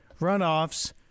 runoffs